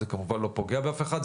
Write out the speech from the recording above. זה כמובן לא פוגע באף אחד.